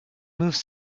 moved